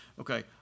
Okay